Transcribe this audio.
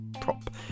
Prop